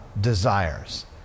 desires